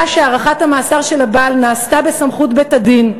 שהארכת המאסר של הבעל נעשתה בסמכות בית-הדין,